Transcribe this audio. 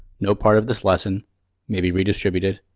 no part of this lesson may be redistributed,